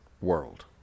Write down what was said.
world